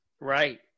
right